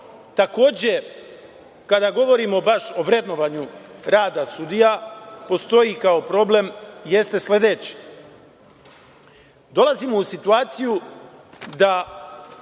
takođe, kada govorimo baš o vrednovanju rada sudija, postoji kao problem jeste sledeće. Dolazimo u situaciju da